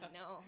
no